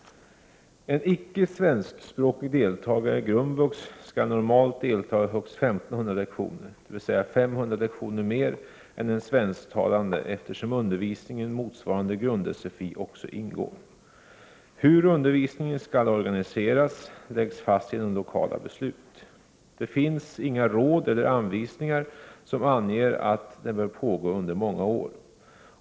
En icke svenskspråkig deltagare i grundvux skall normalt delta i högst 1500 lektioner, dvs. 500 lektioner mer än en svensktalande eftersom undervisning motsvarande grund-sfi också ingår. Hur undervisningen skall organiseras läggs fast genom lokala beslut. Det finns inga råd eller anvisningar som anger att den bör pågå under många år.